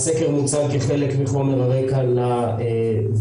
הסקר מוצג כחלק מחומר הרקע לוועדה.